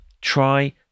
Try